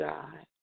God